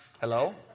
Hello